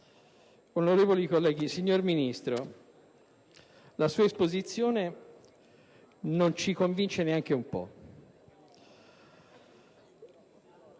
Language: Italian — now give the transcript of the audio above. Signor Ministro, la sua esposizione non ci convince neanche un po'.